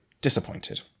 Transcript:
Disappointed